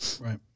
Right